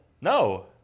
No